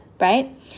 right